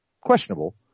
questionable